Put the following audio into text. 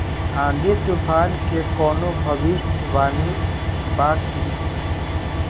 आँधी तूफान के कवनों भविष्य वानी बा की?